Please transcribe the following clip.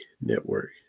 Network